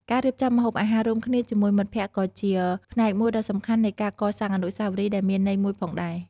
ការរៀបចំម្ហូបអាហាររួមគ្នាជាមួយមិត្តភក្តិក៏ជាផ្នែកមួយដ៏សំខាន់នៃការកសាងអនុស្សាវរីយ៍ដ៏មានន័យមួយផងដែរ។